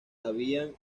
habían